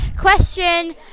question